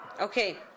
Okay